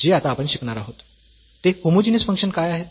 तर जे आता आपण शिकणार आहोत ते होमोजीनियस फंक्शन्स काय आहेत